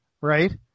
right